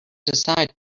decide